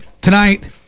Tonight